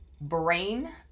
brain